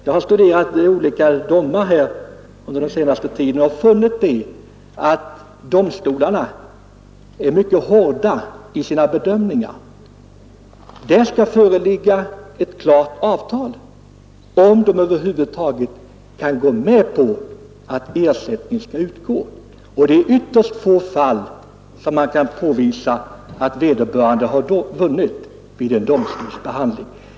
Jag har studerat olika domslut under den senaste tiden och funnit att domstolarna är mycket hårda i sina bedömningar. Det skall föreligga ett klart avtal för att domstolen över huvud taget skall kunna gå med på att ersättning skall utgå, och det är i ytterst få fall som man kan påvisa att vederbörande har vunnit vid en domstolsprövning.